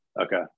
okay